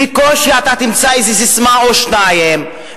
בקושי אתה תמצא איזה ססמה או שתיים.